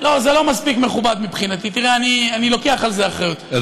אתה נראה בסדר.